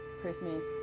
Christmas